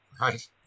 right